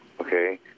Okay